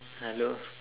hello